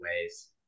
ways